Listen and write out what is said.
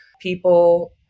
people